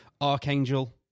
Archangel